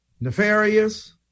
nefarious